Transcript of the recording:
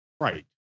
Right